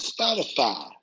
Spotify